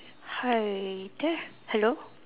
hi there hello